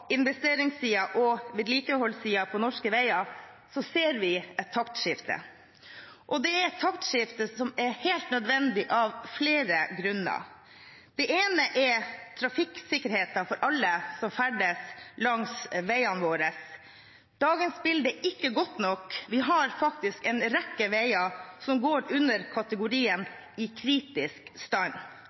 investeringssiden og vedlikeholdssiden på norske veier ser vi et taktskifte, og det er et taktskifte som er helt nødvendig av flere grunner. Det ene er trafikksikkerhet for alle som ferdes langs veiene våre. Dagens bilde er ikke godt nok, vi har faktisk en rekke veier som går under kategorien «i kritisk stand».